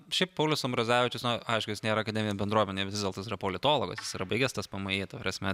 a šiaip paulius ambrazevičius na aišku jis nėra akademinė bendruomenė vis dėlto jis yra politologas jis yra baigęs tspmi ta prasme